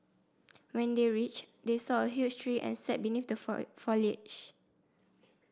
when they reached they saw a huge tree and sat beneath the foliage